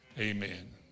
Amen